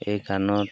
এই গানত